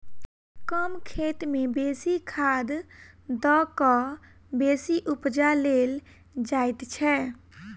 कम खेत मे बेसी खाद द क बेसी उपजा लेल जाइत छै